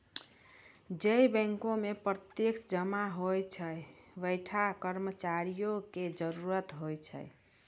जै बैंको मे प्रत्यक्ष जमा होय छै वैंठा कर्मचारियो के जरुरत होय छै